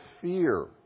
fear